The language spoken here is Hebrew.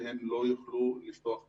שהם לא יוכלו לפתוח מחדש.